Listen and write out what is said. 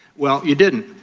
well, you didn't,